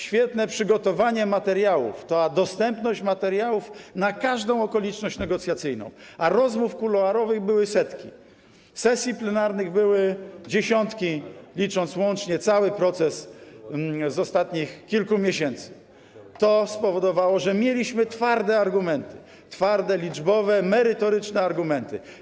Świetne przygotowanie materiałów, dostępność materiałów na każdą okoliczność negocjacyjną - a rozmów kuluarowych były setki, sesji plenarnych były dziesiątki, licząc łącznie cały proces z ostatnich kilku miesięcy - to spowodowało, że mieliśmy twarde argumenty, twarde, liczbowe, merytoryczne argumenty.